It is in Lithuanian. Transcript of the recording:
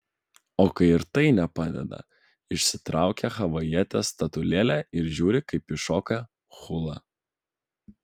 o kai ir tai nepadeda išsitraukia havajietės statulėlę ir žiūri kaip ji šoka hulą